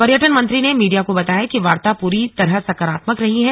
पर्यटन मंत्री ने मीडिया को बताया कि वार्ता पूरी तरह सकारात्मक रही है